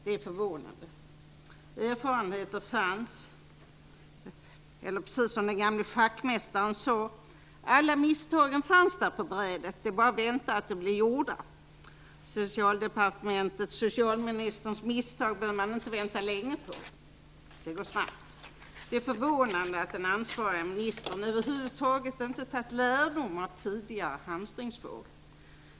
Det är förvånande. Erfarenheter fanns. Det var precis som den gamle schackmästaren sade: Alla misstag fanns på brädet. Det var bara att vänta på att de skulle bli gjorda. Socialdepartementets och socialministerns misstag behöver man inte vänta länge på. De kommer snabbt. Det är förvånande att den ansvariga ministern över huvud taget inte tagit lärdom av tidigare hamstringsvåg.